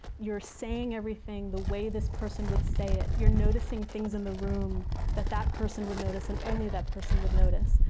you're saying everything the way this person would say it. you're noticing things in the room that that person would notice, and only that person would notice.